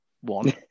one